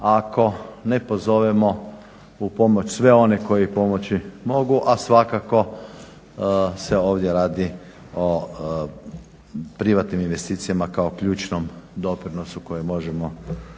ako ne pozovemo u pomoć sve one koji pomoći mogu, a svakako se ovdje radi o privatnim investicijama kao ključnom doprinosu koji možemo